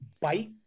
bite